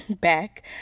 Back